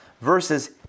versus